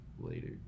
later